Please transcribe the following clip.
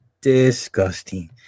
disgusting